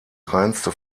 reinste